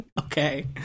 Okay